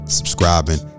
subscribing